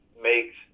makes